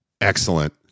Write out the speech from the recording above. excellent